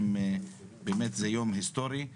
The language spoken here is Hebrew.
זה באמת יום היסטורי.